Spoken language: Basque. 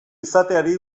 izateari